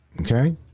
okay